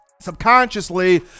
subconsciously